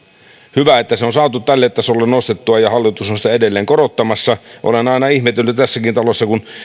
hyvä että se on saatu tälle tasolle nostettua ja hallitus on sitä edelleen korottamassa olen aina ihmetellyt että